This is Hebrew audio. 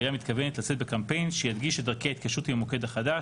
העירייה מתכוונת לצאת בקמפיין שידגיש את דרכי ההתקשרות עם המוקד החדש,